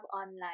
online